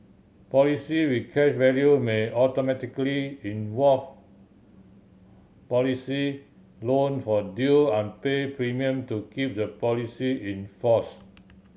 policy with cash value may automatically invoke policy loan for due unpaid premium to keep the policy in force